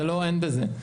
זה לא, אין בזה.